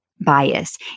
bias